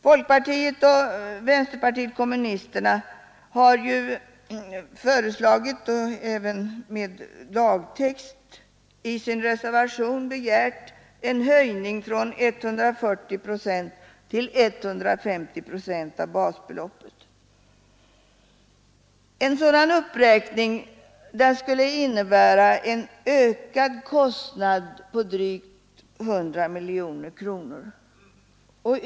Folkpartiet och även vänsterpartiet kommunisterna har ju föreslagit, och även med lagtext i sin reservation begärt, en höjning från 140 procent till 150 procent av basbeloppet. En sådan uppräkning skulle innebära en ökad kostnad på drygt 100 miljoner kronor.